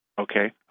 Okay